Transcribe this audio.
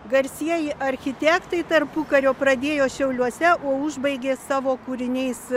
garsieji architektai tarpukario pradėjo šiauliuose o užbaigė savo kūriniais